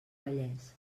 vallès